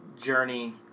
journey